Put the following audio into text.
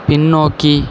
பின்னோக்கி